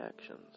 actions